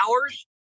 hours